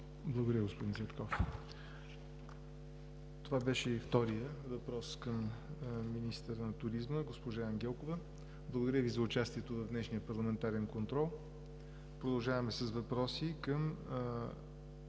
Благодаря, господин Цветков. Това беше и вторият въпрос към министъра на туризма – госпожа Ангелкова. Благодаря Ви за участието в днешния парламентарен контрол. Продължаваме с въпрос, той